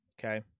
okay